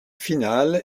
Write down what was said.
final